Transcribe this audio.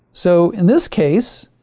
so, in this case,